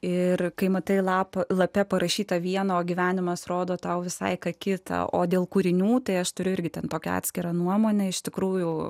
ir kai matai lapą lape parašytą vieno gyvenimas rodo tau visai ką kita o dėl kūrinių tai aš turiu irgi ten tokia atskira nuomonė iš tikrųjų